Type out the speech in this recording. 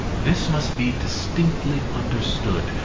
this must be distinctly understood,